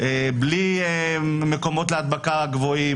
בלי מקומות גבוהים להדבקה,